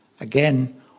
again